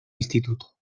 instituto